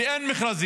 כי אין מכרזים.